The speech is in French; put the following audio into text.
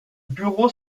bureau